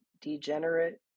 degenerate